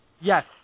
yes